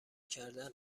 کردن